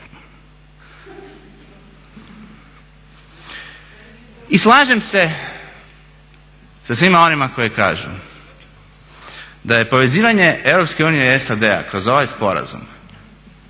I slažem se sa svima onima koji kažu da je povezivanje Europske unije i SAD-a kroz ovaj sporazum